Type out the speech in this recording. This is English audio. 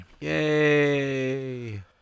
yay